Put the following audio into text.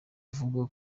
avuga